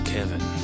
Kevin